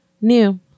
New